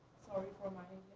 sorry, for my